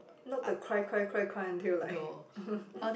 not the cry cry cry cry until like